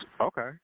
Okay